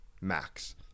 max